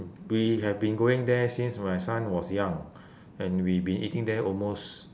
we have been going there since my son was young and we've been eating there almost